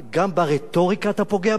גם ברטוריקה אתה פוגע בהם?